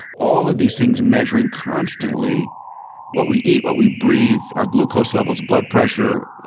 all of these things measuring constantly what we eat, what we breath, our glucose levels, blood pressure,